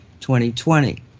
2020